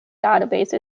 database